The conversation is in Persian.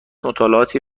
مطالعاتی